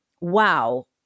wow